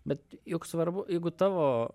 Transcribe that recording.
bet juk svarbu jeigu tavo